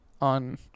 on